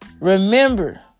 Remember